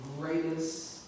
greatest